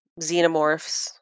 xenomorphs